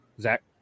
Zach